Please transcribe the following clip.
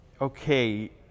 Okay